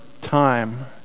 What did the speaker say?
time